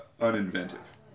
uninventive